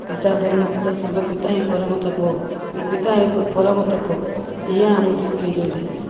ପିତା ଧର୍ମ ପିତା ସ୍ୱର୍ଗ ପିତା ହିଁ ପରମ ତପ ପିତା ହିଁ ପରମ ତପ ଏଇଆ ଆମକୁ ଶିଖାଇଛନ୍ତି